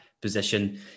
position